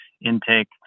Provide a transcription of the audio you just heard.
intake